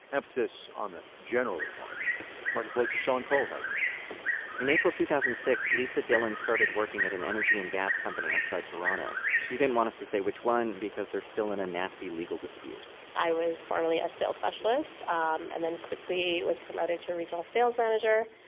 emphasis on the generally part marketplace's sean cole has more in april two thousand and six, lisa dhillon started working at an energy and gas company outside toronto. she didn't want us to say which one because they're still in a nasty legal dispute i was formerly a sales specialist um and then quickly was promoted to regional sales manager.